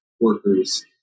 workers